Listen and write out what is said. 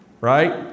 right